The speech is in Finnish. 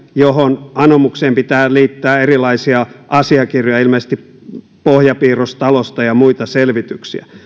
johon anomukseen pitää liittää erilaisia asiakirjoja ilmeisesti pohjapiirros talosta ja muita selvityksiä